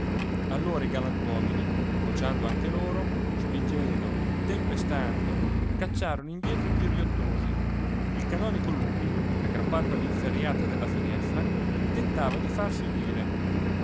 allora i galantuomini vociando anche loro spingendo tempestando cacciarono indietro i più riottosi il canonico lupi aggrappato alla inferriata della finestra tentava di farsi udire